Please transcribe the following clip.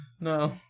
No